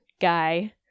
guy